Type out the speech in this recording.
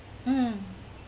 mm